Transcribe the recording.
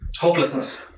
Hopelessness